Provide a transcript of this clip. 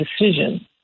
decision